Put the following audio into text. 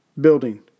building